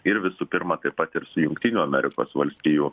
ir visų pirma taip pat ir su jungtinių amerikos valstijų